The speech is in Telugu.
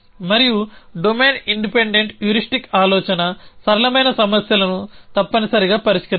మరియు డొమైన్ ఇండిపెండెంట్ హ్యూరిస్టిక్ ఆలోచన సరళమైన సమస్యలను తప్పనిసరిగా పరిష్కరించడం